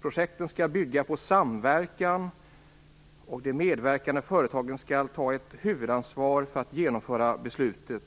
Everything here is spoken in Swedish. Projekten skall bygga på samverkan, och de medverkande företagen skall ta ett huvudansvar för att genomföra beslutet.